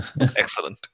Excellent